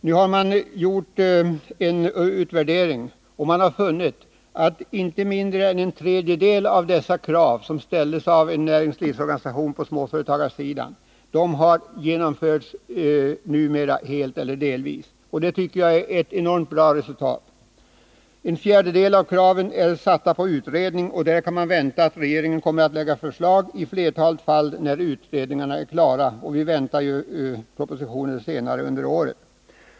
Nu har man gjort en utvärdering, och man har funnit att inte mindre än en tredjedel av dessa krav som ställts av en näringslivsorganisation på småföretagarsidan numera har genomförts helt eller delvis. Det tycker jag är ett enormt bra resultat. En fjärdedel av kraven är under utredning, och där kan man vänta sig att regeringen kommer att lägga fram förslag i flertalet fall, när utredningarna är klara. Vi väntar ju propositioner senare under året.